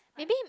maybe